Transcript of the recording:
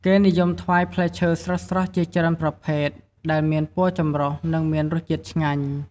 គេនិយមថ្វាយផ្លែឈើស្រស់ៗជាច្រើនប្រភេទ ដែលមានពណ៌ចម្រុះ និងមានរសជាតិឆ្ងាញ់។